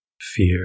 fear